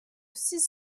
six